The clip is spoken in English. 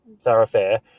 thoroughfare